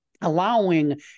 allowing